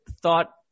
thought